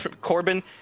Corbin